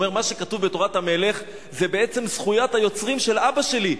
הוא אומר: מה שכתוב ב"תורת המלך" זה בעצם זכויות היוצרים של אבא שלי.